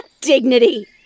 dignity